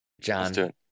john